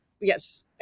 yes